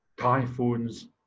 typhoons